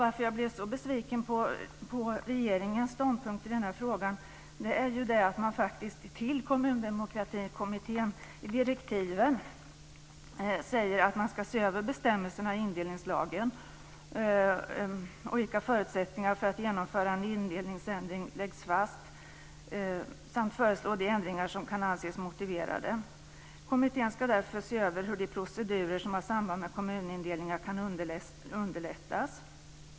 Att jag blev så besviken på regeringens ståndpunkt i denna fråga beror på att man faktiskt i direktiven till Kommundemokratikommittén säger att man ska se över bestämmelserna i indelningslagen, att man ska lägga fast förutsättningarna för att genomföra en indelningsändring samt att man ska föreslå de ändringar som kan anses motiverade. Kommittén ska därför se över hur de procedurer som har samband med kommunindelningar kan underlättas.